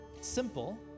Simple